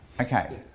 okay